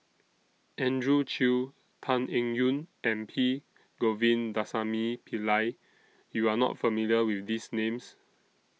Andrew Chew Tan Eng Yoon and P Govindasamy Pillai YOU Are not familiar with These Names